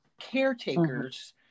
caretakers